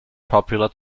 popular